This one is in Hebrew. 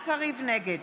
קרעי,